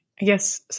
Yes